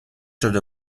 شده